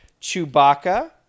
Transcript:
Chewbacca